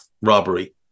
robbery